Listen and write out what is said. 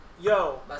Yo